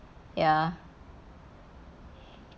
ya